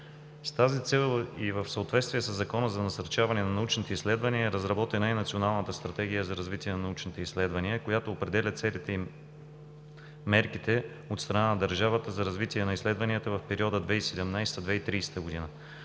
С тази цел и в съответствие със Закона за насърчаване на научните изследвания е разработена и Националната стратегия за развитие на научните изследвания, която определя целите и мерките от страна на държавата за развитие на изследванията в периода 2017 – 2030 г.